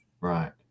Right